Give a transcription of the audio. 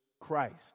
Christ